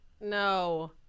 No